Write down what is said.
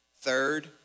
Third